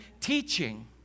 teaching